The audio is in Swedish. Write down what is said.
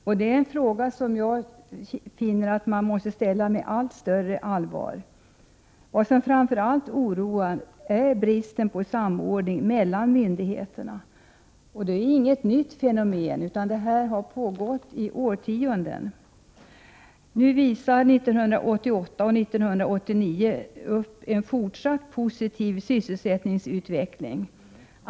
Detta är en fråga som jag finner att man måste ställa med allt större allvar. Vad som framför allt oroar är bristen på samordning mellan myndigheterna. Det är inget nytt fenomen. Det har funnits i årtionden. Nu visar 1988 och 1989 upp en fortsatt positiv sysselsättningsutveckling.